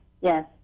yes